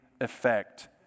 effect